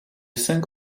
cinq